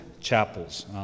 chapels